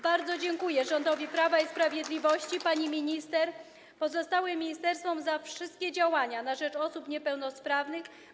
Bardzo dziękuję rządowi Prawa i Sprawiedliwości, pani minister, pozostałym ministerstwom za wszystkie działania na rzecz osób niepełnosprawnych.